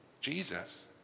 Jesus